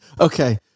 okay